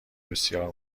بسیار